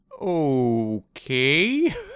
Okay